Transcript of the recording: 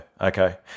okay